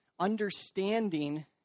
understanding